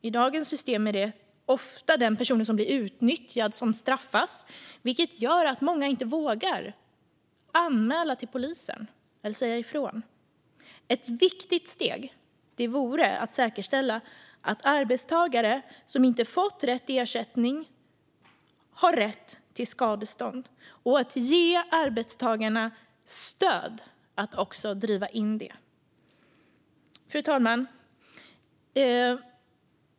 I dagens system är det ofta den som blir utnyttjad som straffas, vilket gör att många inte vågar polisanmäla eller säga ifrån. Ett viktigt steg vore att säkerställa att arbetstagare som inte fått rätt ersättning har rätt till skadestånd och att ge arbetstagarna stöd att också driva in det. Fru talman!